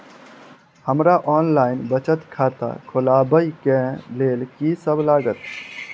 हमरा ऑनलाइन बचत खाता खोलाबै केँ लेल की सब लागत?